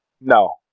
No